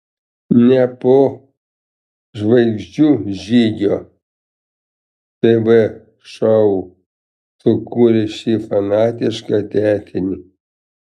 ne po žvaigždžių žygio tv šou sukūrė šį fanatišką tęsinį